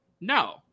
No